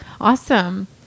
Awesome